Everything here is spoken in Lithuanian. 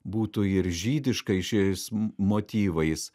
būtų ir žydiškais šiais motyvais